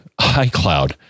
iCloud